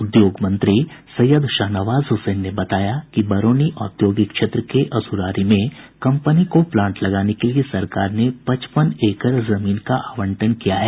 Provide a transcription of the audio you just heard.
उद्योग मंत्री सैयद शाहनवाज हुसैन ने बताया कि बरौनी औद्योगिक क्षेत्र के असुरारी में कंपनी को प्लांट लगाने के लिये सरकार ने पचपन एकड़ जमीन का आवंटन किया है